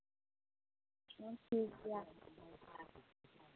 ᱴᱷᱤᱠ ᱜᱮᱭᱟ